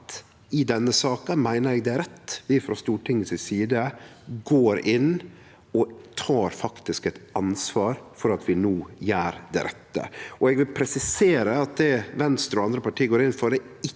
i denne saka meiner det er rett at vi frå Stortinget si side går inn og tek eit ansvar for at vi no gjer det rette. Eg vil presisere at det Venstre og andre parti går inn for,